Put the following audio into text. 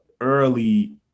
early